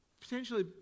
potentially